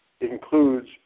includes